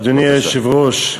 אדוני היושב-ראש,